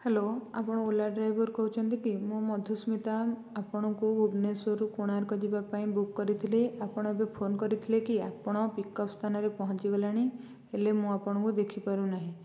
hello ଆପଣ Ola driver କହୁଛନ୍ତି କି ମୁଁ ମଧୁସ୍ମିତା ଆପଣଙ୍କୁ ଭୁବନେଶ୍ୱରରୁ କୋଣାର୍କ ଯିବା ପାଇଁ ବୁକ୍ କରିଥିଲି ଆପଣ ଏବେ ଫୋନ୍ କରିଥିଲେ କି ଆପଣ ପିକ୍ଅପ୍ ସ୍ଥାନରେ ପହଁଞ୍ଚି ଗଲେଣି ହେଲେ ମୁଁ ଆପଣଙ୍କୁ ଦେଖି ପାରୁନାହିଁ